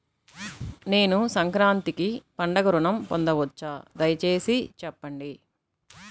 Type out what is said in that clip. నేను సంక్రాంతికి పండుగ ఋణం పొందవచ్చా? దయచేసి చెప్పండి?